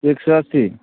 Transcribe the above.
एक सए अस्सी